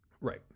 Right